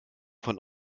von